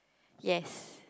yes